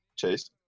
Chase